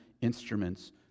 instruments